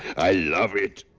i love it!